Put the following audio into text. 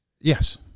Yes